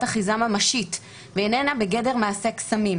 אחיזה ממשית והיא איננה בגדר מעשה קסמים",